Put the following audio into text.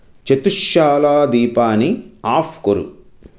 चतुश्शालादीपानि आफ़् कुरु